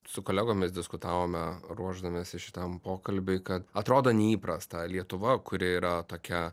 su kolegomis diskutavome ruošdamiesi šitam pokalbiui kad atrodo neįprasta lietuva kuri yra tokia